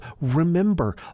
remember